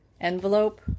envelope